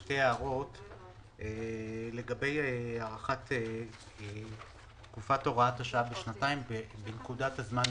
שתי הערות לגבי הארכת תקופת הוראת השעה בשנתיים בנקודת הזמן הזאת.